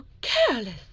careless